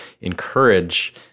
encourage